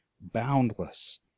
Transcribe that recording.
boundless